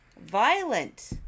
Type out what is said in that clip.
violent